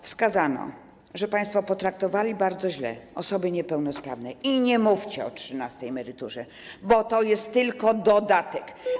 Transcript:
Wskazano, że państwo potraktowali bardzo źle osoby niepełnosprawne, i nie mówcie o trzynastej emeryturze, bo to jest tylko dodatek.